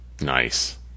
Nice